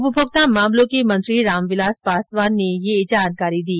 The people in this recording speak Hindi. उपभोक्ता मामलों के मंत्री रामविलास पासवान ने ये जानकारी दी